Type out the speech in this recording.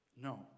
No